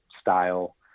style